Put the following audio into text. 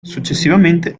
successivamente